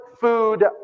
food